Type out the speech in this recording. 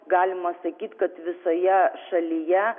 galima sakyt kad visoje šalyje